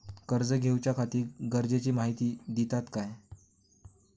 कर्ज घेऊच्याखाती गरजेची माहिती दितात काय?